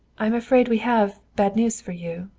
i'm afraid we have bad news for you.